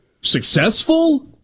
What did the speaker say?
successful